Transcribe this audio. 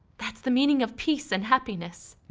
that's the meaning of peace and happiness.